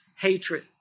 hatred